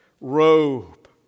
robe